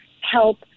help